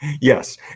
yes